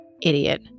idiot